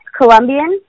colombian